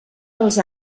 els